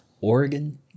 Oregon